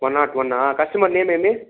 one not వన్నా customer name ఏమి